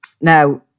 Now